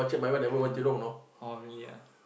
can lah oh really ah